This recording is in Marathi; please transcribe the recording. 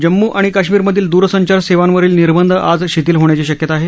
जम्म् आणि कश्मीरमधील दूरसंचार सेवांवरील निर्बंध आज शिथील होण्याची शक्यता आहे